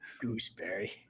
Gooseberry